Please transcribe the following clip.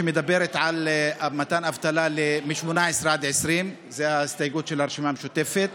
שמדברת על מתן אבטלה מ-18 עד 20. זו ההסתייגות של הרשימה המשותפת.